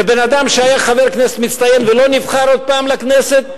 בן-אדם שהיה חבר כנסת מצטיין ולא נבחר עוד פעם לכנסת,